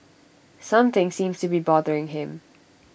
something seems to be bothering him